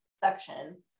section